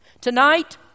Tonight